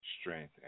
strength